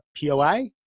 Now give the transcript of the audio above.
POI